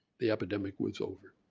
the epidemic was over.